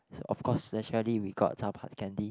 so of course naturally we got some hard candy